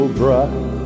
bright